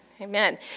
Amen